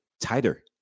tighter